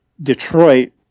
Detroit